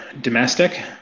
domestic